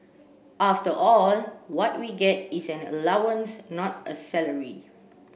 after all what we get is an allowance not a salary